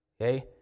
Okay